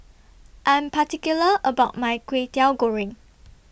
I'm particular about My Kwetiau Goreng